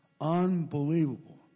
unbelievable